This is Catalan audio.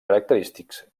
característics